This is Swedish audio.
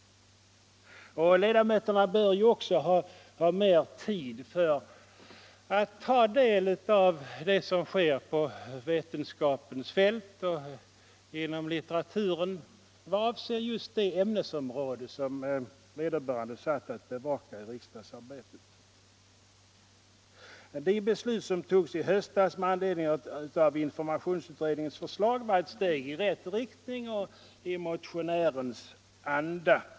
Ledamöterna bör ha mer tid för att ta del av vad som sker inom vetenskap och litteratur beträffande just det ämnesområde som vederbörande är satt att bevaka i riksdagsarbetet. Det beslut som fattades i höstas med anledning av informationsutredningens förslag var ett steg i rätt riktning och i motionens anda.